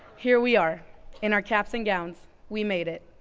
here we are in our caps and gowns, we made it.